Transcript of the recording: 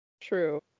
True